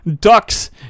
ducks